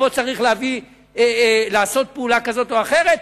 פה צריך לעשות פעולה כזאת או אחרת,